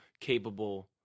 capable –